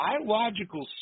biological